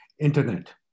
internet